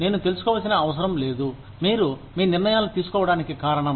నేను తెలుసుకోవలసిన అవసరం లేదు మీరు మీ నిర్ణయాలు తీసుకోవడానికి కారణం